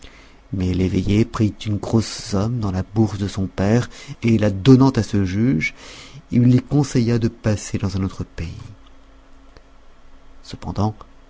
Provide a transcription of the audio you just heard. enfants l'eveillé prit une grosse somme dans la bourse de son père et la donnant à ce juge il lui conseilla de passer dans un autre pays cependant